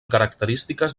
característiques